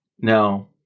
Now